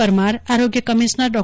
પરમારઆરોગ્ય commissioner Dr